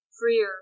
freer